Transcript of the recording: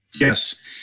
Yes